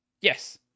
yes